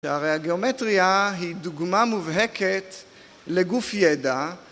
הרי הגיאומטריה היא דוגמה מובהקת לגוף ידע